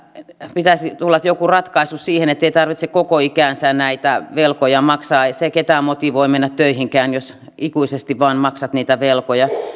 pitäisi tulla joku ratkaisu siihen ettei tarvitse koko ikäänsä näitä velkoja maksaa ei se ketään motivoi menemään töihinkään jos ikuisesti vain maksaa niitä velkoja